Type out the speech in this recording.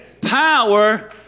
Power